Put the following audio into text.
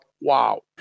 wow